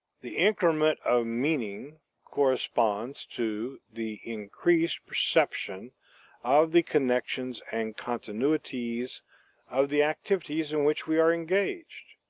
the increment of meaning corresponds to the increased perception of the connections and continuities of the activities in which we are engaged.